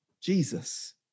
Jesus